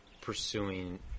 pursuing